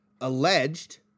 alleged